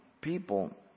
people